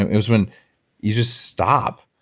it was when you just stop,